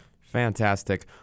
Fantastic